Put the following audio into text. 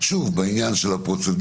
אם זה העניין של הפרוצדורות,